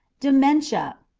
dementia.